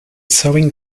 sewing